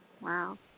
wow